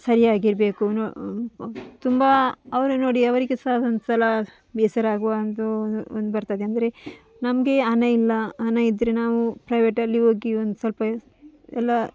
ಸರಿಯಾಗಿರಬೇಕು ನ ತುಂಬ ಅವರು ನೋಡಿ ಅವರಿಗೆ ಸಹ ಒಂದುಸಲ ಬೇಸರ ಆಗುವ ಒಂದು ಒಂದು ಬರ್ತದೆ ಅಂದರೆ ನಮಗೆ ಹನ ಇಲ್ಲ ಹನ ಇದ್ದರೆ ನಾವು ಪ್ರೈವೇಟಲ್ಲಿ ಹೋಗಿ ಒಂದು ಸ್ವಲ್ಪ ಎಲ್ಲ